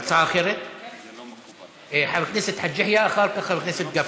חבר הכנסת חאג' יחיא, ואחר כך, חבר הכנסת גפני,